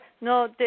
No